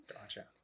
Gotcha